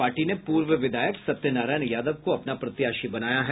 party ने पूर्व विधायक सत्यनारायण यादव को अपना प्रत्याशी बनाया है